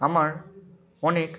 আমার অনেক